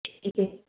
ठीक है